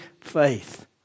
faith